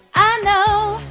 i know.